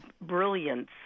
brilliance